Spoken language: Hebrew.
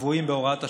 הקבועים בהוראת השעה,